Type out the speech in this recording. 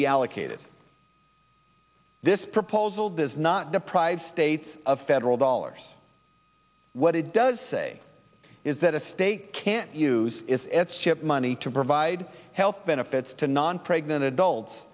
be allocated this proposal does not deprive states of federal dollars what it does say is that a state can't use its chip money to provide health benefits to non pregnant adults